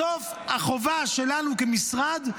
בסוף החובה שלנו כמשרד,